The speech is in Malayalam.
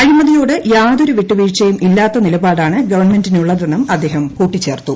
അഴിമതിയോട്യാതൊരുവിട്ടുവീഴ്ചയുംഇല്ലാത്ത നിലപാടാണ്ഗവൺമെന്റിനുള്ളതെന്നുള്ള്ട്ടേഹംകൂട്ടിച്ചേർത്തു